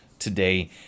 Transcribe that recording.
today